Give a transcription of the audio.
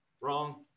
Wrong